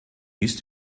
used